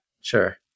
Sure